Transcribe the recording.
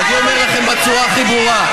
אני אומר לכם בצורה הכי ברורה.